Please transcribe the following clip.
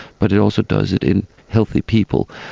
but it also does it in healthy people,